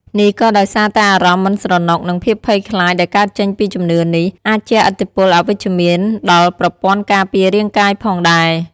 នេះក៏ដោយសារតែអារម្មណ៍មិនស្រណុក និងភាពភ័យខ្លាចដែលកើតចេញពីជំនឿនេះ អាចជះឥទ្ធិពលអវិជ្ជមានដល់ប្រព័ន្ធការពាររាងកាយផងដែរ។